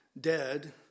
dead